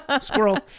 Squirrel